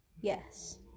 Yes